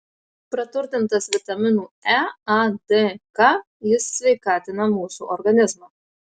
praturtintas vitaminų e a d k jis sveikatina mūsų organizmą